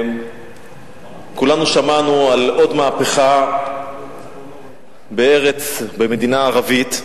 כולנו שמענו על עוד מהפכה במדינה ערבית,